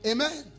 Amen